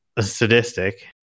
sadistic